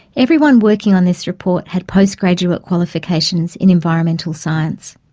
everyone working on this report had postgraduate qualifications in environmental science.